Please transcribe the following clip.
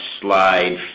slide